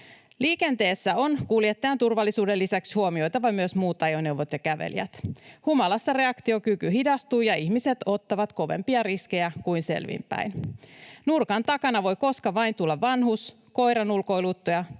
Liikenteessä on kuljettajan turvallisuuden lisäksi huomioitava myös muut ajoneuvot ja kävelijät. Humalassa reaktiokyky hidastuu ja ihmiset ottavat kovempia riskejä kuin selvin päin. Nurkan takana voi koska vain tulla vanhus, koiranulkoiluttaja